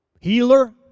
healer